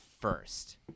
first